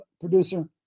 producer